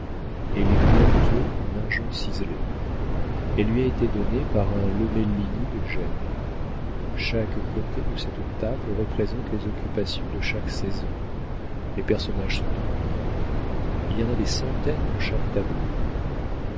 elle est plaquée en argent ciselé elle lui a été donnée par un lomellini de gênes chaque côté de cette table représente les occupations de chaque saison les personnages sont en relief il y en a des centaines dans chaque tableau